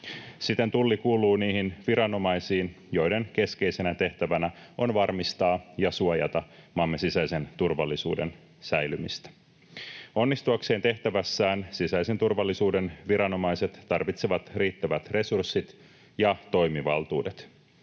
Siten Tulli kuuluu niihin viranomaisiin, joiden keskeisenä tehtävänä on varmistaa ja suojata maamme sisäisen turvallisuuden säilymistä. Onnistuakseen tehtävässään sisäisen turvallisuuden viranomaiset tarvitsevat riittävät resurssit ja toimivaltuudet.